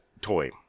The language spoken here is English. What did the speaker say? toy